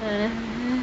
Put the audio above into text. (mmmhmmm)